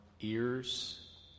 ears